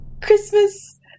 Christmas